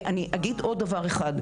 ואני אגיד עוד דבר אחד,